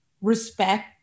respect